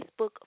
Facebook